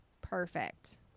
perfect